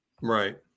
Right